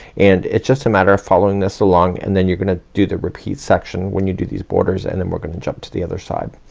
and it's just a matter of following this along, and then you're gonna do the repeat section, when you do these borders, and then we're gonna jump to the other side.